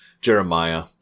Jeremiah